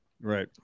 Right